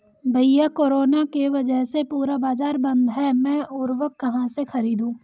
भैया कोरोना के वजह से पूरा बाजार बंद है मैं उर्वक कहां से खरीदू?